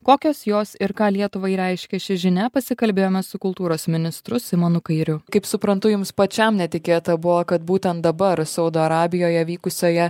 kokios jos ir ką lietuvai reiškia ši žinia pasikalbėjome su kultūros ministru simonu kairiu kaip suprantu jums pačiam netikėta buvo kad būtent dabar saudo arabijoje vykusioje